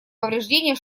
повреждения